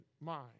mind